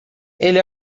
ele